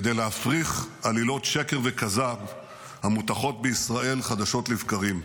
כדי להפריך עלילות שקר וכזב המוטחות בישראל חדשות לבקרים.